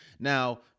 Now